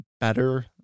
better